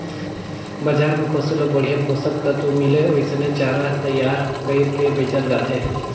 बजार में पसु ल बड़िहा पोषक तत्व मिले ओइसने चारा तईयार कइर के बेचल जाथे